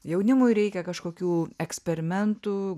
jaunimui reikia kažkokių eksperimentų